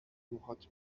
موهات